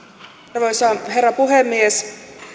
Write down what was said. arvoisa herra puhemies